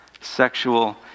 sexual